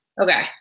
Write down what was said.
Okay